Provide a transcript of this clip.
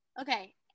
Okay